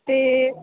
ते